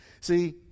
See